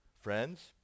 Friends